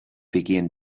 began